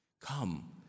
come